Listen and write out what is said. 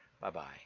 Bye-bye